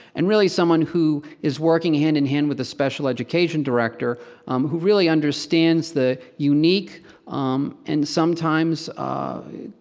and really, someone who is working hand in hand with the special education director who really understands the unique and sometimes